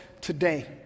today